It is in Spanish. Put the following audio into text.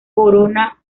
corona